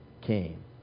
came